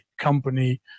company